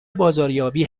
بازاریابی